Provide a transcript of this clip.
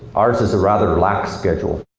ours is a rather lax schedule.